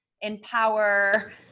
empower